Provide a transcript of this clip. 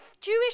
Jewish